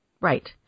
Right